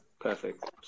Perfect